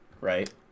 right